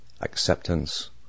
acceptance